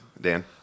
Dan